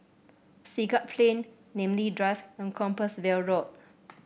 Siglap Plain Namly Drive and Compassvale Road